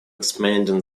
expanding